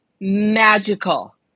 magical